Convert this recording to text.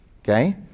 Okay